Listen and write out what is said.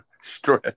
Stress